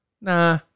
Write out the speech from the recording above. Nah